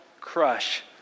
crush